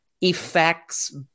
effects